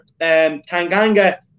Tanganga